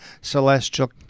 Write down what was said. celestial